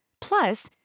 Plus